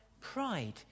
pride